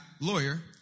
lawyer